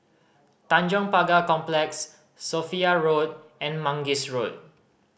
Tanjong Pagar Complex Sophia Road and Mangis Road